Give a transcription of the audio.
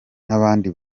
n’abandi